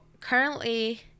currently